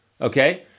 Okay